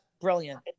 brilliant